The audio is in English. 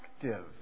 effective